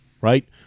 right